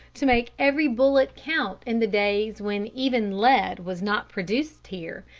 to make every bullet count in the days when even lead was not produced here,